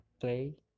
play